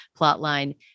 plotline